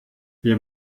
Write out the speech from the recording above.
wir